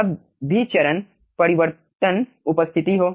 जब भी चरण परिवर्तन उपस्थित हो